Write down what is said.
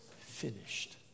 finished